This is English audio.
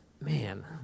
man